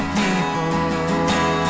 people